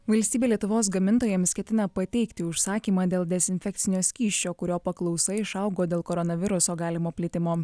valstybė lietuvos gamintojams ketina pateikti užsakymą dėl dezinfekcinio skysčio kurio paklausa išaugo dėl koronaviruso galimo plitimo